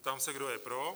Ptám se, kdo je pro?